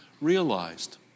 realized